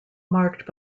marked